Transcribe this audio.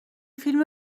فیلم